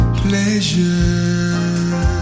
pleasure